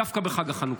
דווקא בחג החנוכה.